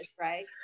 right